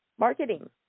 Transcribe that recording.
Marketing